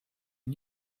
new